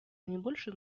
наибольшую